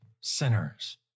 sinners